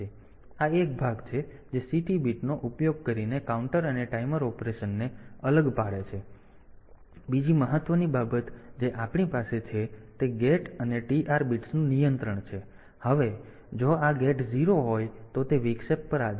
તેથી આ એક ભાગ છે જે CT બીટનો ઉપયોગ કરીને કાઉન્ટર અને ટાઈમર ઓપરેશનને અલગ પાડે છે બીજી મહત્વની બાબત જે આપણી પાસે છે તે ગેટ અને TR બિટ્સનું નિયંત્રણ છે હવે જો આ ગેટ 0 હોય તો તે વિક્ષેપ પર આધારિત નથી